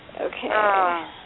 Okay